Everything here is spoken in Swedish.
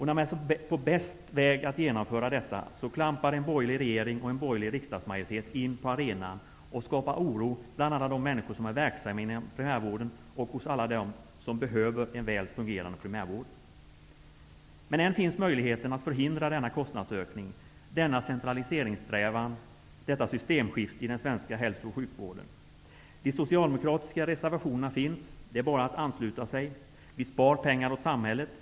När man är som bäst på väg att genomföra detta klampar en borgerlig regering och en borgerlig riksdagsmajoritet in på arenan och skapar oro bland alla de människor som är verksamma inom primärvården och hos alla dem som behöver en väl fungerande primärvård. Men än finns möjligheten att förhindra denna kostnadsökning, denna centraliseringssträvan, detta systemskifte i den svenska hälso och sjukvården. De socialdemokratiska reservationerna finns. Det är bara att ansluta sig. Då spar vi pengar åt samhället.